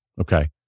Okay